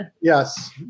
yes